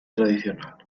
tradicional